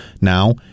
Now